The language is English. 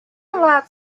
allowed